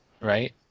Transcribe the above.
Right